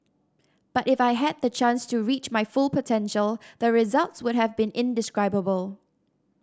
but if I had the chance to reach my full potential the results would have been indescribable